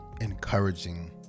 encouraging